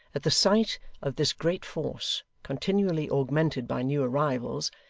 that the sight of this great force, continually augmented by new arrivals,